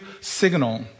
signal